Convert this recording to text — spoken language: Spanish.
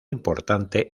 importante